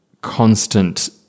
Constant